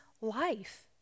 life